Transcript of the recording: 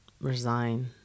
resign